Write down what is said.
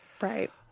Right